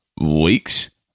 week's